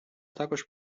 також